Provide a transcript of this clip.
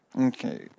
Okay